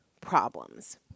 problems